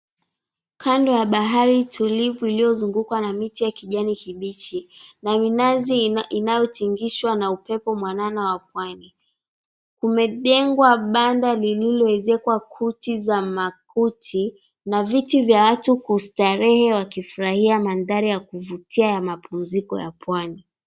Kando ya bahari tulivu iliyozungukwa na miti ya kijani kibichi na minazi inayotingshwa na upepo mwanana wa Pwani, umejengwa banda lililoekezwa kuti za makuti na viti vya watu kustarehe wakifurahia mandhari ya kivutia ya mapumziko ya Pwani.